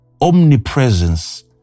omnipresence